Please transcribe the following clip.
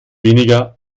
weniger